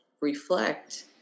reflect